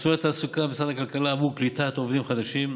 מסלולי תעסוקה במשרד הכלכלה עבור קליטת עובדים חדשים וליווי,